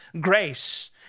grace